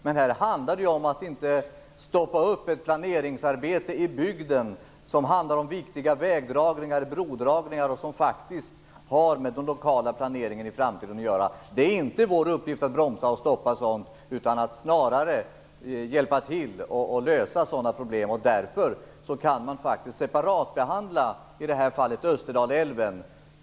Men det handlar ju om att inte stoppa ett planeringsarbete i bygden. Det handlar om viktiga vägdragningar och brodragningar som faktiskt har med den lokala planeringen i framtiden att göra. Det är inte vår uppgift att bromsa och stoppa sådant. Vår uppgift är snarare att hjälpa till att lösa sådana problem. Därför kan man faktiskt behandla Österdalälven separat.